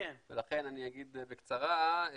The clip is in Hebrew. ולכן אני אגיד בקצרה.